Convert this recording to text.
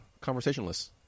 conversationless